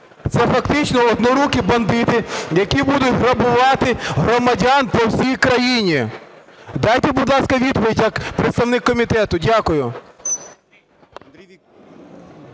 Це фактично "однорукі бандити", які будуть грабувати громадян по всій країні. Дайте, будь ласка, відповідь як представник комітету. Дякую.